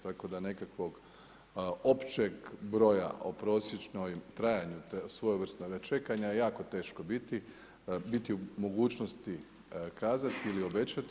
Tako da nekakvog općeg broja o prosječnoj trajanju svojevrsno čekanja je jako teško biti, biti u mogućnosti kazati ili obećati.